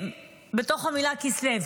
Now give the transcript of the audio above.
בתוך המילה "כסלו",